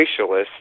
racialists